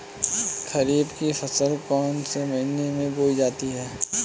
खरीफ की फसल कौन से महीने में बोई जाती है?